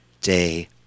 day